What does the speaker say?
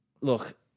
Look